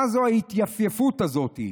מה זו ההתייפייפות הזאת?